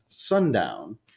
sundown